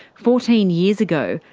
fourteen years ago,